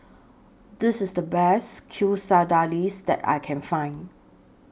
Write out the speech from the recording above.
This IS The Best Quesadillas that I Can Find